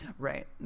right